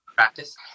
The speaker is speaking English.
practice